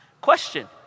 Question